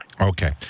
Okay